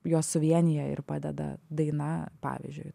juos suvienija ir padeda daina pavyzdžiui